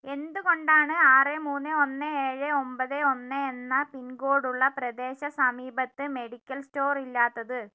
എന്തുകൊണ്ടാണ് ആറ് മൂന്ന് ഒന്ന് ഏഴ് ഒൻപത് ഒന്ന് എന്ന പിൻകോഡുള്ള പ്രദേശസമീപത്ത് മെഡിക്കൽ സ്റ്റോർ ഇല്ലാത്തത്